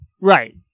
Right